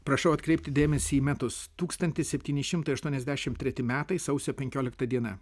prašau atkreipti dėmesį į metus tūkstantis septyni šimtai aštuoniasdešim treti metai sausio penkiolika diena